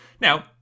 now